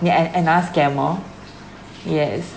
another scammer yes